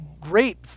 great